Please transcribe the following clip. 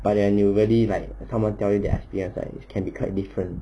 but then you really like 他们 tell you that S_P_F can be quite different